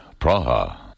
Praha